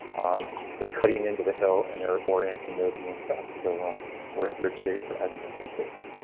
they're cutting into the hill and their orienting those north south, so um we're in good shape for adding those two quotes.